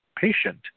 patient